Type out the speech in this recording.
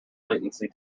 latency